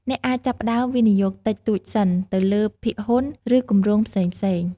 អ្នកអាចចាប់ផ្ដើមវិនិយោគតិចតួចសិន ទៅលើភាគហ៊ុន ឬគម្រោងផ្សេងៗ។